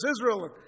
Israel